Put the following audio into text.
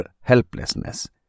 helplessness